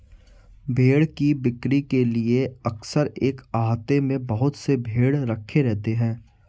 भेंड़ की बिक्री के लिए अक्सर एक आहते में बहुत से भेंड़ रखे रहते हैं